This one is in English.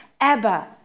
Abba